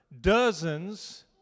dozens